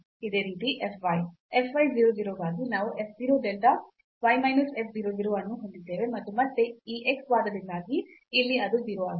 ಇದೆ ರೀತಿ f y f y 0 0 ಗಾಗಿ ನಾವು f 0 delta y minus f 0 0 ಅನ್ನು ಹೊಂದಿದ್ದೇವೆ ಮತ್ತು ಮತ್ತೆ ಈ x ವಾದದಿಂದಾಗಿ ಇಲ್ಲಿ ಅದು 0 ಆಗಿದೆ